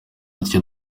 icyo